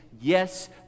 Yes